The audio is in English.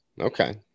Okay